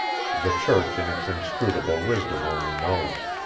the church in its inscrutable wisdom only knows.